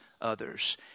others